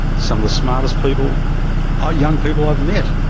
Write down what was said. some of the smartest people are young people i've met.